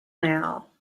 now